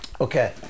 Okay